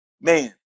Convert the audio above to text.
man